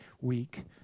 week